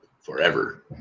Forever